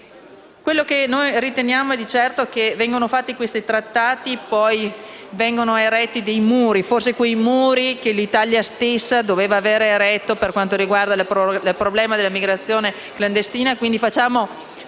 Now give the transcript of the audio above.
frontiera. Riteniamo che vengono fatti questi trattati e poi vengono eretti dei muri, forse quei muri che l'Italia stessa doveva aver eretto per quanto riguarda il problema della immigrazione clandestina. Sottoscriviamo